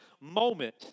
moment